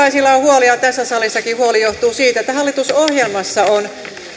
tässä kansalaisilla on huoli ja tässä salissakin huoli johtuu siitä että hallitusohjelmassa on